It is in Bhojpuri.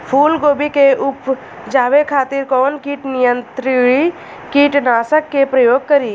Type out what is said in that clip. फुलगोबि के उपजावे खातिर कौन कीट नियंत्री कीटनाशक के प्रयोग करी?